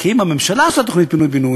כי אם הממשלה עושה תוכנית פינוי-בינוי,